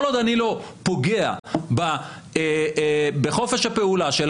כל עוד אני לא פוגע בחופש הפעולה של